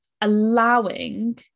allowing